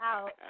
out